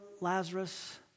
Lazarus